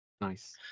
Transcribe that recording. Nice